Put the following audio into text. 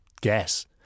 guess